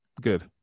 Good